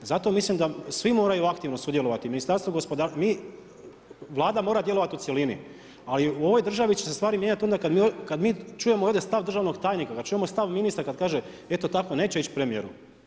Zato mislim da svi moraju aktivnu sudjelovati, ministarstvo, mi vlada mora djelovati u cijeli, ali u ovoj državi će se stvari mijenjati, onda kada mi čujemo stav državnog tajnika, kad čujemo stav ministra kad kaže, eto tako neće ići premjeru.